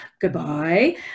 goodbye